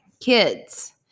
kids